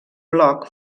bloc